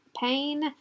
pain